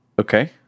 Okay